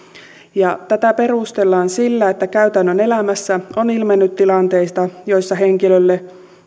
tätä perustellaan sillä että käytännön elämässä on ilmennyt tilanteita joissa henkilölle